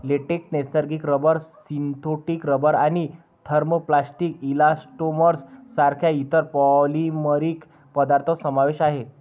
latex, नैसर्गिक rubber, synthetic rubber आणि thermoplastic elastomers सारख्या इतर पॉलिमरिक पदार्थ समावेश आहे